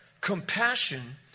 compassion